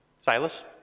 Silas